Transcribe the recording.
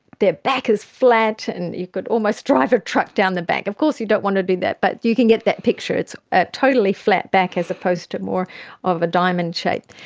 their back is flat and you could almost drive a truck down the back. of course you don't want to do that but you can get that picture, it's a totally flat back as opposed to more of diamond shape.